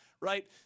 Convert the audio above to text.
right